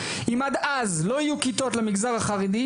אם עד אז לא יהיו כיתות למגזר החרדי,